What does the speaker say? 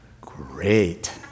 great